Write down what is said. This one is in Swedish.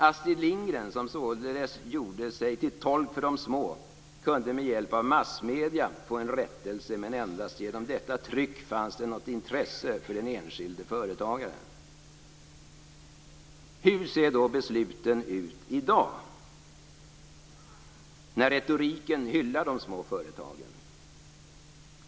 Astrid Lindgren, som således gjorde sig till tolk för de små, kunde med hjälp av massmedierna få en rättelse, men endast genom detta tryck fanns det något intresse för den enskilde företagaren. Hur ser då besluten ut i dag, när retoriken hyllar de små företagen?